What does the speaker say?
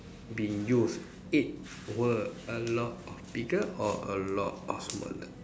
be used it were a lot bigger or a lot smaller